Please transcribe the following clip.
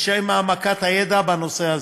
לשם העמקת הידע בנושא הזה.